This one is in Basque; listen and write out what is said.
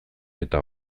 eta